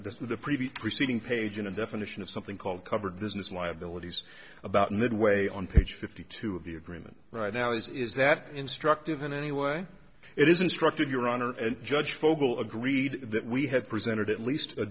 the previous preceding page in a definition of something called covered business liabilities about midway on page fifty two of the agreement right now is that instructive in any way it is instructive your honor and judge fogel agreed that we had presented at least a